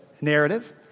narrative